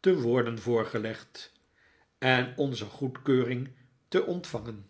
te worden voorgelegd en onze goedkeuring te ontvangen